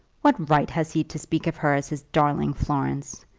what right has he to speak of her as his darling florence,